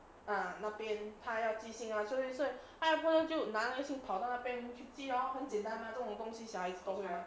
ah 那边他要寄信啊所以所以他要不然就拿东西跑到那边去寄咯很简单嘛这种小孩子都会嘛